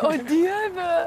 o dieve